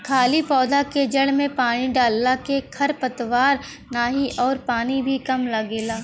खाली पौधा के जड़ में पानी डालला के खर पतवार नाही अउरी पानी भी कम लगेला